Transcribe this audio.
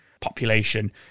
population